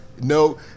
No